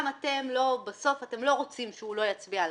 גם אתם בסוף לא רוצים שהוא לא יצביע על